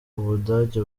ubudage